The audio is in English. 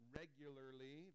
regularly